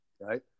right